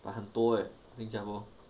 but 很多 leh 新加坡